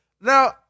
Now